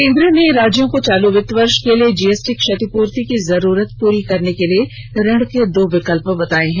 केंद्र ने राज्यों को चालू वित्त वर्ष के लिए जीएसटी क्षतिपूर्ति की जरूरत पूरी करने के लिए ऋण के दो विकल्प बताए हैं